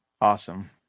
Awesome